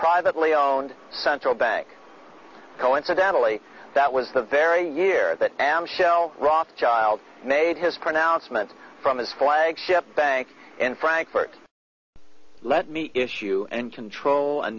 privately owned central bank coincidentally that was the very year that adam shell rothchild made his pronouncement from his flagship bank in frankfurt let me issue and control a